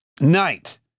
night